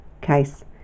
case